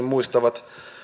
muistavat